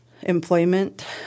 employment